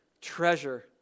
treasure